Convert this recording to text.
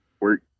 work